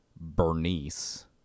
Bernice